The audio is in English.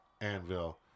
Anvil